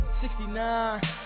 69